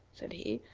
said he.